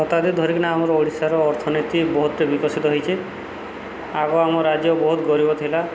ଶତାବ୍ଦୀ ଧରିକିନା ଆମର ଓଡ଼ିଶାର ଅର୍ଥନୀତି ବହୁତ ବିକଶିତ ହୋଇଛି ଆଗ ଆମ ରାଜ୍ୟ ବହୁତ ଗରିବ ଥିଲା